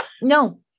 No